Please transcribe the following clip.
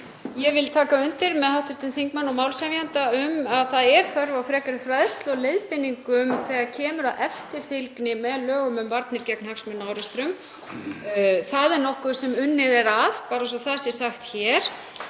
Ég vil taka undir með hv. þingmanni og málshefjanda að það er þörf á frekari fræðslu og leiðbeiningum þegar kemur að eftirfylgni með lögum um varnir gegn hagsmunaárekstrum. Það er nokkuð sem unnið er að, bara svo það sé sagt hér.